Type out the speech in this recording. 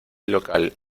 local